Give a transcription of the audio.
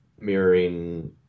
mirroring